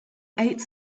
eight